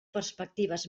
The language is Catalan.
perspectives